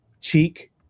cheek